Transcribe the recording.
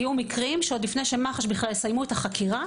יהיו מקרים שעוד לפני שמח"ש בכלל יסיימו את החקירה